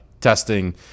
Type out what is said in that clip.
testing